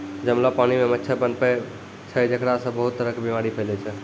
जमलो पानी मॅ मच्छर पनपै छै जेकरा सॅ बहुत तरह के बीमारी फैलै छै